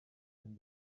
and